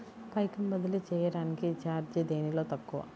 పైకం బదిలీ చెయ్యటానికి చార్జీ దేనిలో తక్కువ?